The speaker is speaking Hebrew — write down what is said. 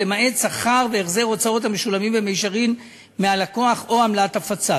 למעט שכר והחזר הוצאות המשולמים במישרין מהלקוח או עמלת הפצה.